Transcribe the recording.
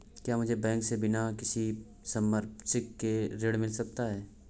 क्या मुझे बैंक से बिना किसी संपार्श्विक के ऋण मिल सकता है?